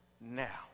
now